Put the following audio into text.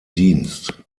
dienst